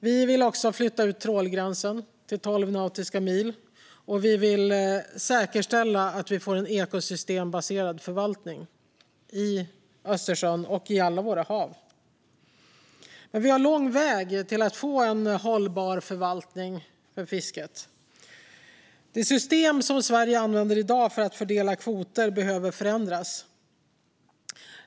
Vi vill också flytta ut trålgränsen till tolv nautiska mil. Och vi vill säkerställa att det blir en ekosystembaserad förvaltning i Östersjön och alla våra hav. Vi har dock lång väg till att få en hållbar förvaltning av fisket. Det system som Sverige använder i dag för att fördela kvoter behöver förändras.